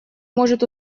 может